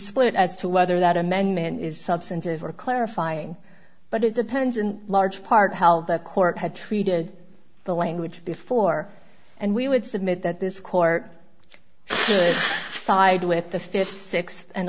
split as to whether that amendment is substantive or clarifying but it depends in large part held the court had treated the language before and we would submit that this court side with the fifth sixth and